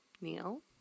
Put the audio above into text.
Neil